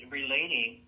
relating